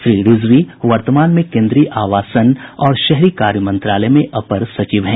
श्री रिजवी वर्तमान में केन्द्रीय आवासन और शहरी कार्य मंत्रालय में अपर सचिव हैं